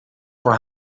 voor